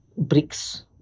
BRICS